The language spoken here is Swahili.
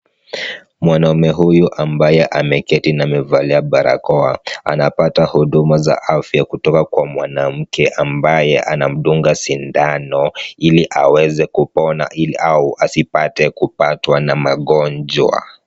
Mwanaume huyu ambaye ameketi na amevalia barakoa, anapata huduma za afya kutoka kwa mwanamke ambaye anamdunga sindano, ili aweze kupona, ili au asipate kupatwa na magonjwa.